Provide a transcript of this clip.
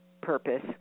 purpose